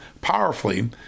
powerfully